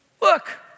Look